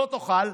לא תוכל.